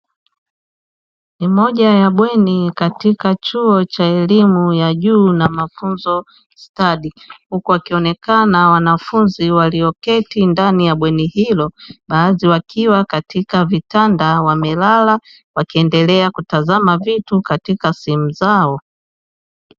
Moja ya bweni katika chuo cha elimu ya juu na mafunzo stadi, huku wakionekana wanafunzi walioketi ndani ya bweni, hilo baadhi wakiwa katika vitanda wamelala wakiendelea kutazama vitu katika simu zao.